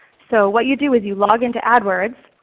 so what you do is you log in to adwords,